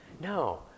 No